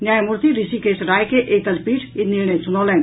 न्यायमूर्ति ऋषिकेष राय के एकल पीठ ई निर्णय सुनौलनि